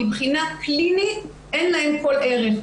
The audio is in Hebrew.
מבחינה קלינית אין להן כל ערך.